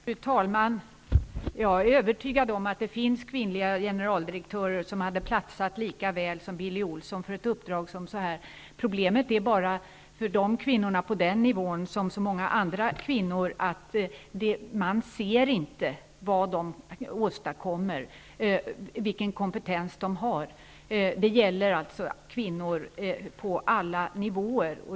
Fru talman! Jag är övertygad om att det finns kvinnliga generaldirektörer som hade platsat lika väl som Billy Olsson för detta uppdrag. Problemet är bara för kvinnorna på den nivån, som för så många andra kvinnor, att man inte ser vad de åstadkommer, vilken kompetens de har. Det gäller alltså kvinnor på alla nivåer.